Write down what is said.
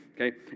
okay